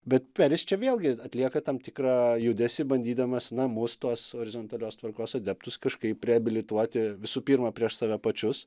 bet peris čia vėlgi atlieka tam tikrą judesį bandydamas na mus tuos horizontalios tvarkos adeptus kažkaip reabilituoti visų pirma prieš save pačius